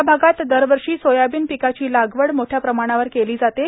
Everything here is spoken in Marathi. या भागात दरवर्षी सोयाबीन पिकाची लागवड मोठया प्रमाणावर केली जाते